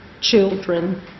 children